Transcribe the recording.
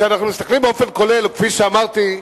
כשאנחנו מסתכלים באופן כולל, כפי שאמרתי,